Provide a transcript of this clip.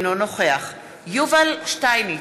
אינו נוכח יובל שטייניץ,